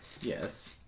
yes